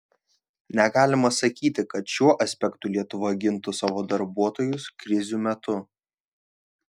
negalima sakyti kad šiuo aspektu lietuva gintų savo darbuotojus krizių metu